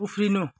उफ्रिनु